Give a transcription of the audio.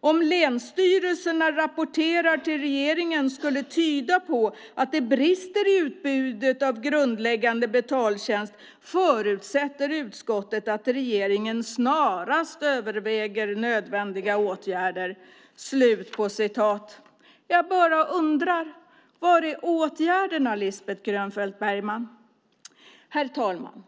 "Om länsstyrelsernas rapportering till regeringen skulle tyda på att det brister i utbudet av grundläggande betaltjänster förutsätter utskottet att regeringen snarast överväger nödvändiga åtgärder." Jag bara undrar, Lisbeth Grönfeldt Bergman: Var är åtgärderna? Herr talman!